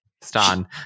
Stan